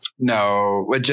No